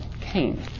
Cain